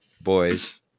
boys